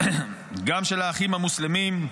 גם של האחים המוסלמים.